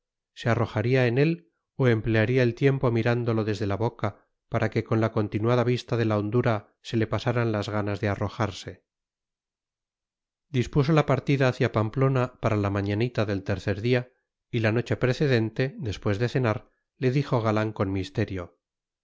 se arrojaría en él o emplearía el tiempo mirándolo desde la boca para que con la continuada vista de la hondura se le pasaran las ganas de arrojarse dispuso la partida hacia pamplona para la mañanita del tercer día y la noche precedente después de cenar le dijo galán con misterio